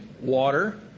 water